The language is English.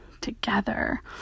together